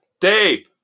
Dave